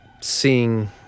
seeing